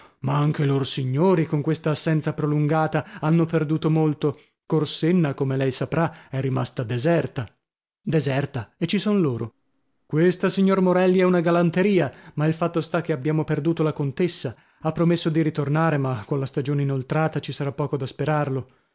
ma anche lor signori con questa assenza prolungata hanno perduto molto corsenna come lei saprà è rimasta deserta deserta e ci son loro questa signor morelli è una galanteria ma il fatto sta che abbiamo perduta la contessa ha promesso di ritornare ma colla stagione inoltrata ci sarà poco da sperarlo